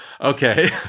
okay